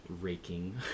raking